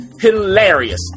Hilarious